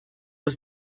was